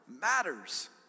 matters